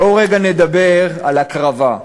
בואו רגע נדבר על הקרבה.